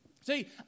See